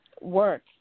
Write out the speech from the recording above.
work